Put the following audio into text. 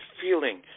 feeling